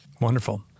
Wonderful